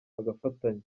bagafatanya